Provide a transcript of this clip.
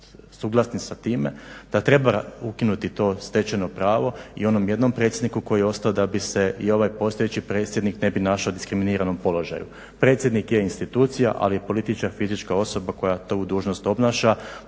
suglasni sa time da treba ukinuti to stečeno pravo i onom jednom predsjedniku koji je ostao da bi se i ovaj postojeći predsjednik ne bi našao u diskriminiranom položaju. Predsjednik je institucija, ali je političar fizička osoba koja tu dužnost obnaša.